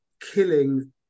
killing